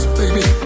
baby